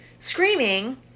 Screaming